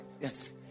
Yes